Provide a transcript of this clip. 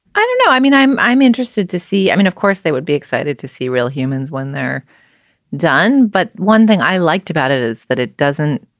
i don't know. i mean, i'm i'm interested to see. i mean, of course, they would be excited to see real humans when they're done. but one thing i liked about it is that it doesn't